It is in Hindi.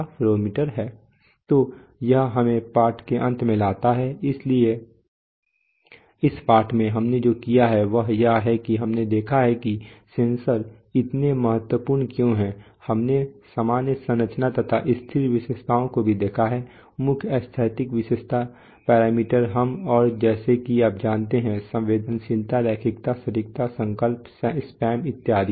तो यह हमें पाठ के अंत में लाता है इसलिए इस पाठ में हमने जो किया है वह यह है कि हमने देखा है कि सेंसर इतने महत्वपूर्ण क्यों हैं हमने सामान्य संरचना तथा स्थिर विशेषता को भी देखा है मुख्य स्थैतिक विशेषता पैरामीटर हम और जैसा कि आप जानते हैं संवेदनशीलता रैखिकता सटीकता संकल्प स्पैम इत्यादि